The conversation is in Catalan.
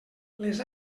les